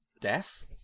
death